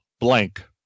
blank